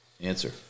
answer